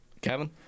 kevin